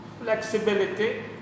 Flexibility